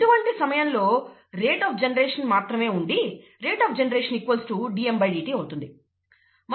ఇటువంటి సమయంలో కేవలం rg మాత్రమే ఉండి rg dmdt